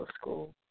School